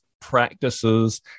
practices